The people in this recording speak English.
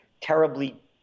terribly